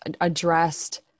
addressed